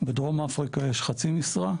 בדרום אפריקה יש חצי משרה,